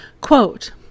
quote